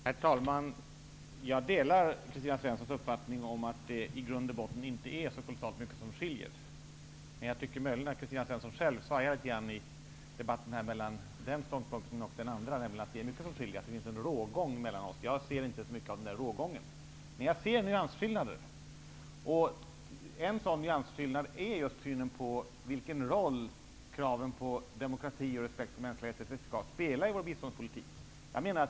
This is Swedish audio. Herr talman! Jag delar Kristina Svenssons uppfattning om att det i grund och botten inte är så kolossalt mycket som skiljer. Men Kristina Svensson själv svajar möjligen litet grand i debatten mellan denna ståndpunkt och en annnan, nämligen att det är mycket som skiljer och att det finns en rågång mellan oss. Jag ser inte så mycket av den rågången. Men jag ser nyansskillnader. En sådan nyansskillnad är just synen på vilken roll kraven på demokrati och respekt för mänskliga rättigheter skall spela i vår biståndspolitik.